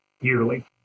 yearly